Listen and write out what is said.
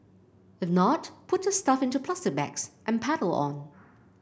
if not put your stuff into plastic bags and pedal on